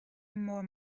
more